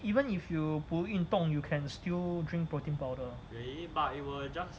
even if you 不运动 you can still drink protein powder but it will just